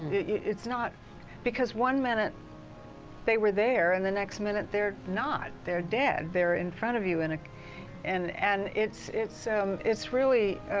it's not because one minute they were there and the next minute they're not. they're dead, they're in front of you and and and it's it's so really